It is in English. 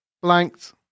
Blanked